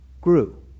grew